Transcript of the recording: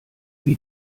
wie